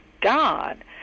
God